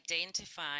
identify